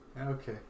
Okay